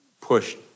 pushed